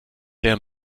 der